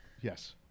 Yes